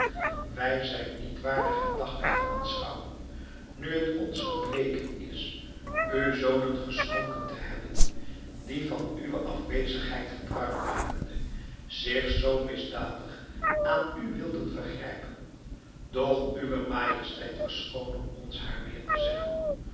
wij zijn niet waardig het daglicht te aanschouwen nu het ons gebleken is u zonen geschonken te hebben die van uwe afwezigheid gebruik makende zich zoo misdadig aan u wilden vergrijpen doch uwe majesteit verschoone ons haar meer te zeggen